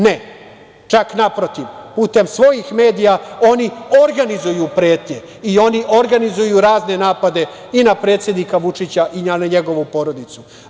Ne, čak naprotiv, putem svojih medija oni organizuju pretnje i oni organizuju razne napade i na predsednika Vučića i na njegovu porodicu.